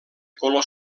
color